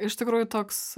iš tikrųjų toks